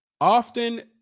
Often